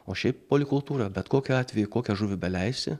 o šiaip polikultūra bet kokiu atveju kokią žuvį beleisi